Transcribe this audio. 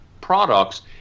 products